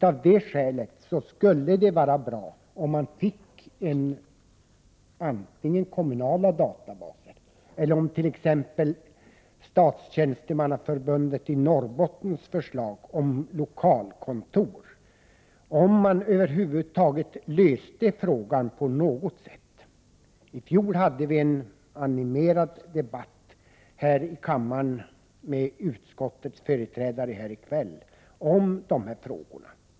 Av det skälet skulle det vara bra med antingen kommunala databaser eller, som Statstjänstemannaförbundet i Norrbotten har föreslagit, lokalkontor. Det vore bra om man löste frågan på något sätt. I fjol hade vi en animerad debatt här i kammaren med utskottsmajoritetens företrädare här i kväll, Kurt Ove Johansson, om dessa frågor.